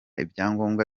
ibyangombwa